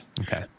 Okay